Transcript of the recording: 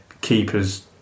keepers